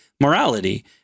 morality